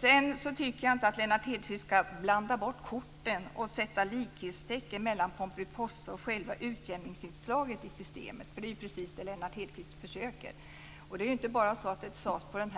Sedan tycker jag inte att Lennart Hedquist skall blanda bort korten och sätta likhetstecken mellan Pomperipossaeffekten och själva utjämningsinslaget i systemet. Det är precis det Lennart Hedquist försöker. Det är inte bara så att det sades på den